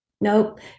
Nope